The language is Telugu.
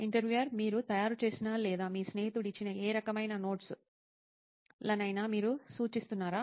ఇంటర్వ్యూయర్ మీరు తయారు చేసిన లేదా మీ స్నేహితుడు ఇచ్చిన ఏ రకమైన నోట్స్ లనైనా మీరు సూచిస్తున్నారా